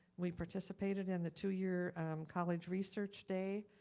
we participated in the two-year college research day.